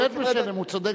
ללא ספק,